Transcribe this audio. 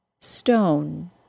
stone